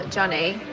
Johnny